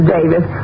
Davis